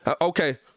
okay